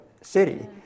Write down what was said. city